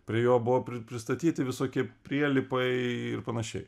prie jo buvo pristatyti visokie prielipai ir panašiai